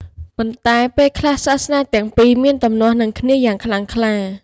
ប៉ុន្តែ ពេលខ្លះសាសនាទាំងពីរមានទំនាស់នឹងគ្នាយ៉ាងខ្លាំងក្លា។